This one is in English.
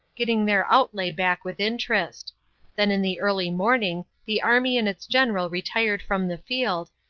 getting their outlay back with interest then in the early morning the army and its general retired from the field,